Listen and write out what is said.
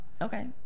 Okay